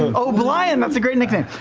o'blien, that's a great nickname.